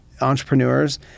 entrepreneurs